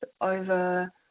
over